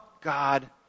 God